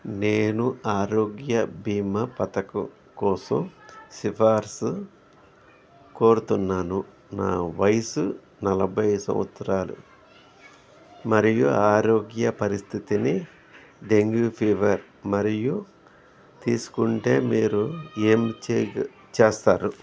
నేను ఆరోగ్య బీమా పథకం కోసం సిఫార్సు కోరుతున్నాను నా వయసు నలభై సంవత్సరాలు మరియు ఆరోగ్య పరిస్థితిని డెంగ్యూ ఫీవర్ మరియు తీసుకుంటే మీరు ఏమి చెయ్గు చేస్తారు